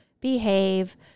behave